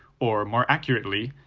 or more accurately,